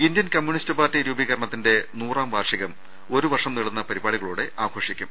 Indian communist party രൂപീകരണത്തിന്റെ നൂറാം വാർഷികം ഒരു വർഷം നീളുന്ന പരിപാടികളോടെ ആഘോഷിക്കും